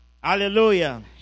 Hallelujah